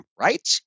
right